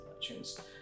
chains